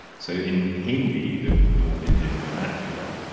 so in hindi, the north indian vernacular,